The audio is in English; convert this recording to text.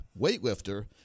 weightlifter